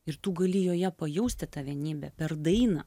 ir tu gali joje pajausti tą vienybę per dainą